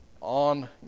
on